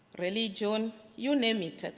religion, you name it,